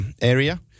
area